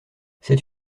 c’est